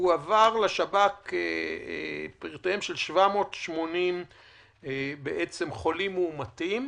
הועברו לשב"כ פרטיהם של 780 חולים מאומתים,